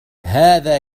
هذا